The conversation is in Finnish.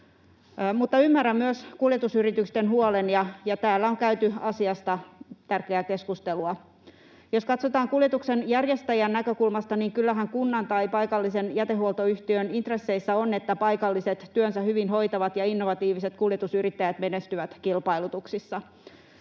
mutta ymmärrän myös kuljetusyritysten huolen, ja täällä on käyty asiasta tärkeää keskustelua. Jos katsotaan kuljetuksen järjestäjän näkökulmasta, niin kyllähän kunnan tai paikallisen jätehuoltoyhtiön intresseissä on, että paikalliset, työnsä hyvin hoitavat ja innovatiiviset kuljetusyrittäjät menestyvät kilpailutuksissa.